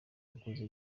wakoze